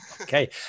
Okay